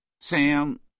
Sam